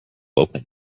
open